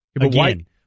again